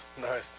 nice